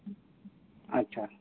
ᱟᱪᱪᱷᱟ